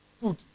food